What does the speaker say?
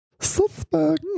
Suspect